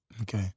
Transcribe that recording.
Okay